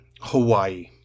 Hawaii